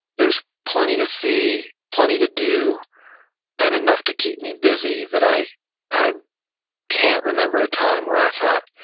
there's plenty to see, plenty to do and enough to keep me busy that i i can't remember a time where i thought,